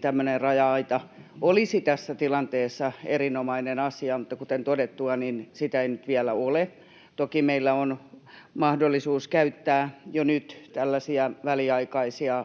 tämmöinen raja-aita olisi tässä tilanteessa erinomainen asia, mutta kuten todettua, sitä ei nyt vielä ole. Toki meillä on mahdollisuus käyttää jo nyt tällaisia väliaikaisia